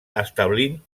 establint